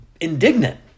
indignant